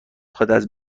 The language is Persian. خواد، از